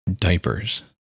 diapers